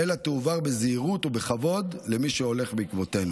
אלא תועבר בזהירות ובכבוד למי שהולך בעקבותינו.